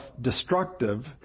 destructive